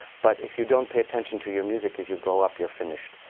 but if you don't pay attention to your music as you grow up, you're finished.